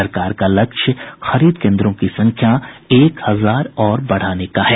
सरकार का लक्ष्य खरीद केंद्रों की संख्या एक हजार और बढ़ाने का है